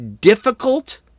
difficult